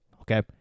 okay